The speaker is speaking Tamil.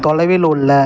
தொலைவில் உள்ள